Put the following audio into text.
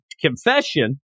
confession